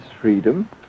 freedom